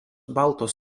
baltos